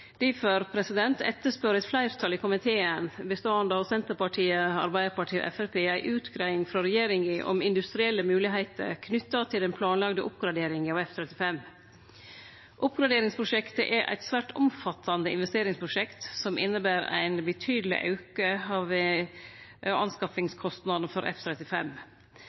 difor etterspør eit fleirtal i komiteen, beståande av Senterpartiet, Arbeidarpartiet og Framstegspartiet, ei utgreiing frå regjeringa om industrielle moglegheiter knytt til den planlagde oppgraderinga av F-35. Oppgraderingsprosjektet er eit svært omfattande investeringsprosjekt som inneber ein betydeleg auke av anskaffingskostnadene for